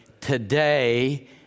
today